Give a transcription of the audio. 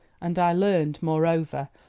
and i learned, moreover,